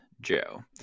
Joe